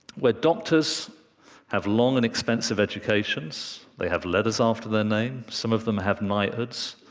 where doctors have long and expensive educations, they have letters after their name, some of them have knighthoods.